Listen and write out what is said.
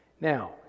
Now